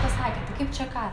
pasakėt tai kaip čia ką